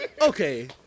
Okay